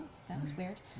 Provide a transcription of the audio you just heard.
and was weird.